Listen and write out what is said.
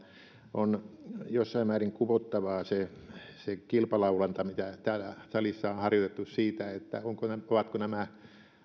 on jossain määrin kuvottavaa se se kilpalaulanta mitä täällä salissa on harjoitettu siitä ovatko nämä